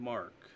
Mark